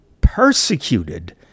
persecuted